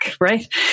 right